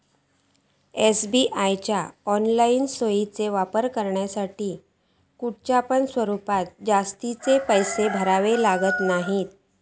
SBI च्या online सोयीचो वापर करुच्यासाठी खयच्याय स्वरूपात जास्तीचे पैशे भरूचे लागणत नाय